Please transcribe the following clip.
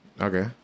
Okay